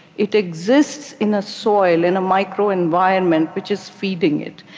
it exists in the soil, in a microenvironment, which is feeding it.